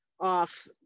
off